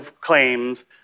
claims